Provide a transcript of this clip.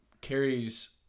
carries